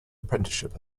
apprenticeship